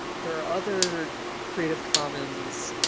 there are other creative commons